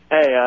Hey